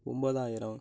ஒம்பதாயிரம்